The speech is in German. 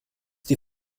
die